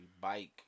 Bike